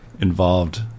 involved